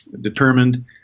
determined